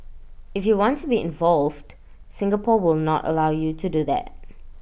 if you want to be involved Singapore will not allow you to do that